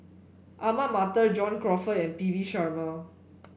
Ahmad Mattar John Crawfurd and P V Sharma